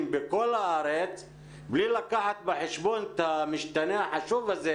בכל הארץ מבלי לקחת בחשבון את המשתנה החשוב הזה